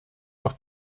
auf